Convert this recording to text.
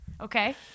okay